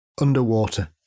Underwater